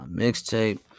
mixtape